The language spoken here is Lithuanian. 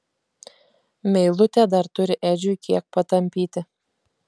meilutė dar turi edžiui kiek patampyti